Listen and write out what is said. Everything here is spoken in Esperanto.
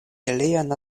ilian